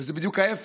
וזה בדיוק ההפך.